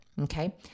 okay